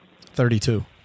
Thirty-two